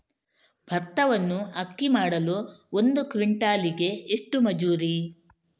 ಭತ್ತವನ್ನು ಅಕ್ಕಿ ಮಾಡಲು ಒಂದು ಕ್ವಿಂಟಾಲಿಗೆ ಎಷ್ಟು ಮಜೂರಿ?